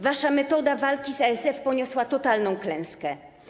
Wasza metoda walki z ASF poniosła totalną klęskę.